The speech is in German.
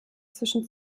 zwischen